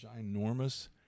ginormous